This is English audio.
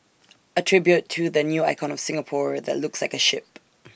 A tribute to the new icon of Singapore that looks like A ship